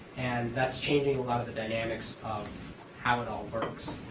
and that's changing a lot of the dynamics of how it all works.